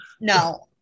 No